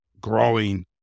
growing